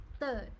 third